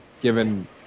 given